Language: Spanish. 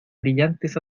brillantes